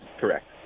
correct